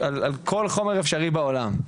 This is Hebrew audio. על כל חומר אפשרי בעולם.